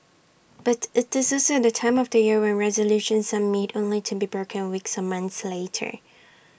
but IT is also the time of year when resolutions are made only to be broken A weeks or months later